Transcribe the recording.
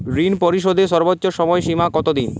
ঋণ পরিশোধের সর্বোচ্চ সময় সীমা কত দিন?